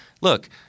look